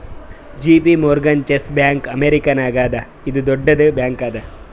JP Morgan Chase bank ಅಮೇರಿಕಾನಾಗ್ ಅದಾ ಇದು ದೊಡ್ಡುದ್ ಬ್ಯಾಂಕ್ ಅದಾ